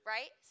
Right